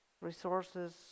resources